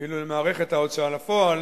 ואילו למערכת ההוצאה לפועל